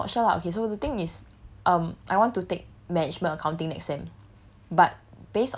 like I also not sure lah okay so the thing is um I want to take management accounting next sem